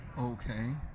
Okay